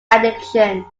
addiction